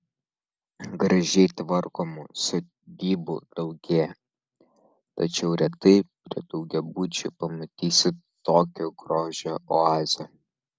gražiai tvarkomų sodybų daugėja tačiau retai prie daugiabučių pamatysi tokią grožio oazę